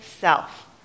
self